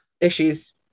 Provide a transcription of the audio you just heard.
issues